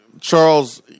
Charles